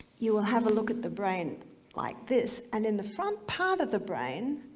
you will have a look at the brain like this, and in the front part of the brain,